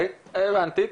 הבנתי.